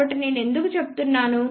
కాబట్టి నేను ఎందుకు చెప్తున్నాను